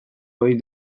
ohi